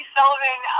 Sullivan